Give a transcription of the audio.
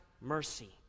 mercy